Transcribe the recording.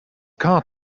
car